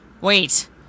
wait